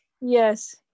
Yes